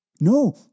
No